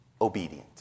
obedient